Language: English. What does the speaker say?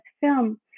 film